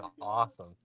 awesome